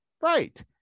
Right